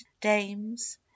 dames